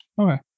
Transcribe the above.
Okay